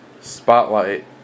spotlight